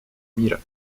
мира